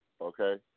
Okay